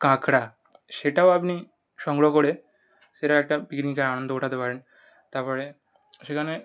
কাঁকড়া সেটাও আপনি সংগ্রহ করে সেটার একটা পিকনিকের আনন্দ ওঠাতে পারেন তারপরে সেখানে